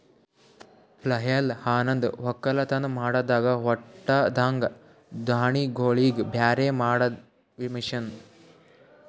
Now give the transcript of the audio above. ಪ್ಲಾಯ್ಲ್ ಅನಂದ್ ಒಕ್ಕಲತನ್ ಮಾಡಾಗ ಹೊಟ್ಟದಾಂದ ದಾಣಿಗೋಳಿಗ್ ಬ್ಯಾರೆ ಮಾಡಾ ಮಷೀನ್